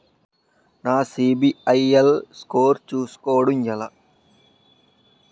నా CIBIL score చుస్కోవడం ఎలా?